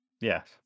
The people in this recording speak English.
Yes